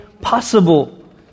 possible